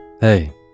Hey